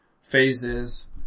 phases